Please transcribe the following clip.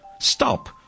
stop